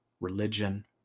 religion